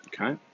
okay